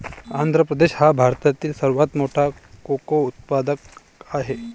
आंध्र प्रदेश हा भारतातील सर्वात मोठा कोको उत्पादक आहे